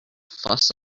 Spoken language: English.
fuss